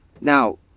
Now